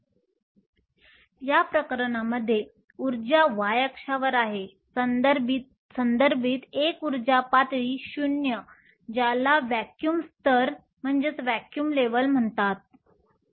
तर आपण लिथियमसाठी ऊर्जा बँडची आकृती पुन्हा काढू शकतो हे लक्षात घेऊ शकतो की आपल्याकडे यापुढे वैयक्तिक आण्विक कक्षीय नाहीत परंतु आपल्याकडे ऊर्जा बँड आहे